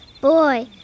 Boy